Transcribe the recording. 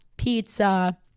pizza